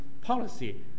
policy